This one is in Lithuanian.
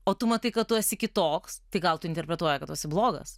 o tu matai kad tu esi kitoks tai gal tu interpretuoji kad tu esi blogas